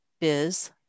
Biz